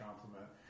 compliment